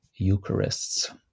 Eucharists